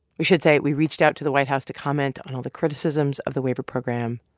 we should say we reached out to the white house to comment on all the criticisms of the waiver program,